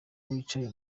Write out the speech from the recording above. yicaye